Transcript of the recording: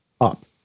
up